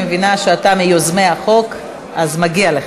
אני מבינה שאתה מיוזמי החוק, אז מגיע לך.